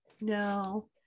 No